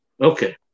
Okay